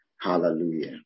hallelujah